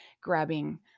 grabbing